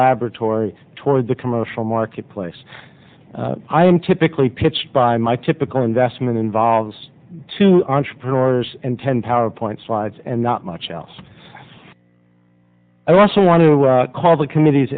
laboratory toward the commercial marketplace i am typically pitched by my typical investment involves two entrepreneurs and ten power point slides and not much else i also want to call the committee